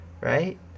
right